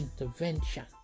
intervention